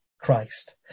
Christ